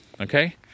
Okay